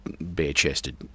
bare-chested